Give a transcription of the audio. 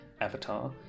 avatar